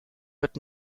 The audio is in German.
wird